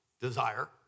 Desire